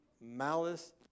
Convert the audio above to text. malice